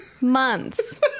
months